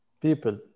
People